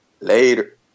Later